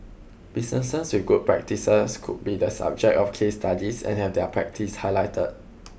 businesses with good practices could be the subject of case studies and have their practice highlighted